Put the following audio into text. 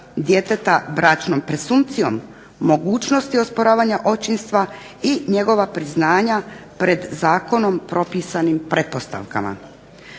djeteta bračnom presumpcijom, mogućnosti osporavanja očinstva i njegova priznanja pred zakonom propisanim pretpostavkama.